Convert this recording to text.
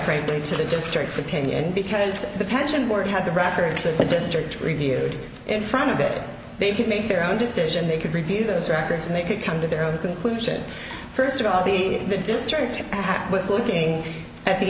for to the districts opinion because the pension board has the records for the district reviewed in front of it they could make their own decision they could review those records and they could come to their own conclusion first of all the the district was looking at the